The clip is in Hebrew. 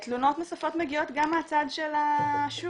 תלונות נוספות מגיעות גם מהצד של השוק,